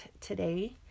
today